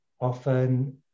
often